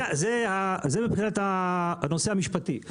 זה מבחינת הנושא המשפטי.